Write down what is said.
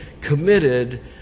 committed